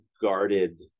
guarded